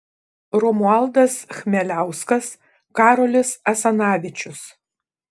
romualdas chmeliauskas karolis asanavičius